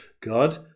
God